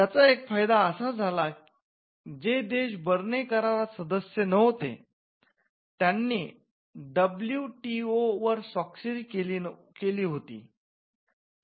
त्याचा एक फायदा असा झाला जे देश बर्ने करारात सदस्य नव्हते त्यांनी डब्ल्यूटीओवर स्वाक्षरी केली होती